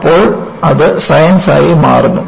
അപ്പോൾ അത് സയൻസായി മാറുന്നു